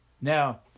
Now